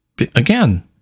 again